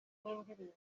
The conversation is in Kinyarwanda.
n’indirimbo